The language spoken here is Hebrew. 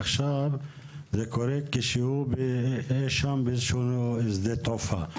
עכשיו זה קורה כשהוא אי שם באיזשהו שדה תעופה,